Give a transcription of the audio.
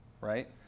right